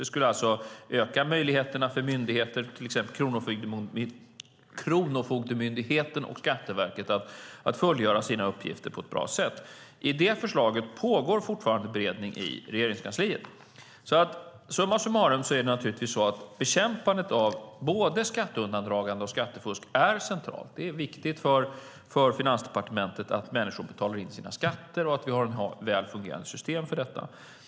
Det skulle alltså öka möjligheterna för myndigheter, till exempel Kronofogdemyndigheten och Skatteverket, att fullgöra sina uppgifter på ett bra sätt. I det förslaget pågår fortfarande beredning i Regeringskansliet. Summa summarum är det naturligtvis så att bekämpandet av både skatteundandragande och skattefusk är centralt. Det är viktigt för Finansdepartementet att människor betalar in sina skatter och att vi har ett väl fungerande system för detta.